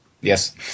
Yes